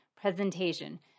presentation